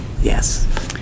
Yes